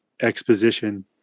exposition